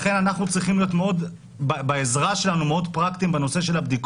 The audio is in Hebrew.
לכן בעזרה שלנו אנחנו צריכים להיות מאוד פרקטיים בנושא של הבדיקות.